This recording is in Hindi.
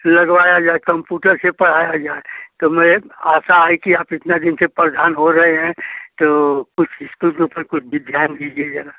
लगवाया जाए कम्प्यूटर से पढ़ाया जाए तो हमें आशा है कि आप इतना दिन से परधान हो रहे हैं तो कुछ इस्कूल के ऊपर कुछ भी ध्यान दीजिए जरा